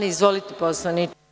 Izvolite, poslaniče.